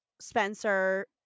Spencer